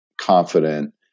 confident